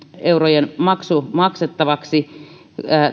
eurojen maksu maksettavaksi